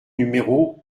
numéro